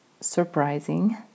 surprising